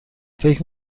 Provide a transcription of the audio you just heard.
فکر